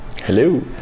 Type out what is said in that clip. Hello